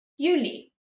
Juli